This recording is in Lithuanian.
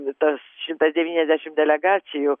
tas šimtas devyniasdešimt delegacijų